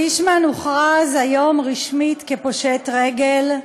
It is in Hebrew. פישמן הוכרז היום רשמית פושט רגל,